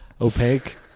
opaque